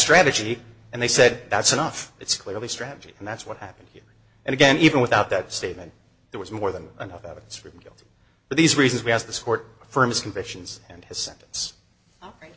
strategy and they said that's enough it's clearly strategy and that's what happened and again even without that statement there was more than enough evidence for these reasons we asked this court firm's convictions and his se